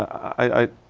i.